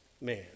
man